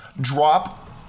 drop